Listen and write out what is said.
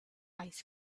ice